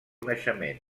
naixement